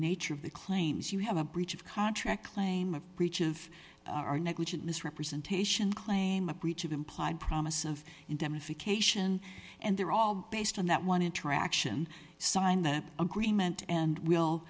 nature of the claims you have a breach of contract claim a breach of our negligent misrepresentation claim a breach of implied promise of indemnification and they're all based on that one interaction signed the agreement and will